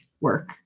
work